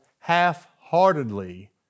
half-heartedly